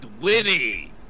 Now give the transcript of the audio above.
Winnie